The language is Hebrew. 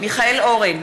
מיכאל אורן,